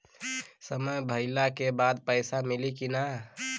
समय भइला के बाद पैसा मिली कि ना?